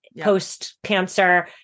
post-cancer